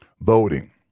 Voting